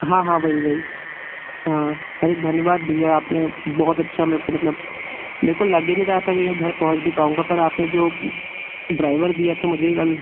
हाँ हाँ वही वही हाँ अरे धन्यवाद भैया आपने बहुत अच्छा मेरे को मतलब मेरे को लगी नहीं रहा था मैं घर पहुँच भी पाऊँगा पर आपने जो ड्राइवर दिया था मुझे कल